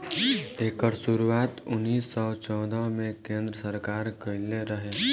एकर शुरुआत उन्नीस सौ चौदह मे केन्द्र सरकार कइले रहे